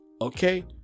okay